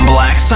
Black